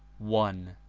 one.